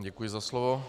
Děkuji za slovo.